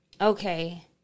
okay